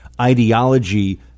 ideology